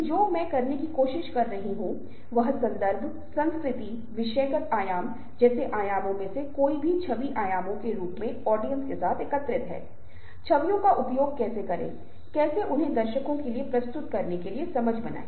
gesture और posters लेनदेन के संदर्भ में एक महत्वपूर्ण भूमिका निभाते हैं क्योंकि सामाजिक बदलावों में आप किसी को कैसे इंगित करते हैं आप किसी के प्रति कैसे इशारा करते हैं ये एक महत्वपूर्ण भूमिका निभाते हैं